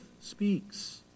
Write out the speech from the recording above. speaks